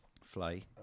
Fly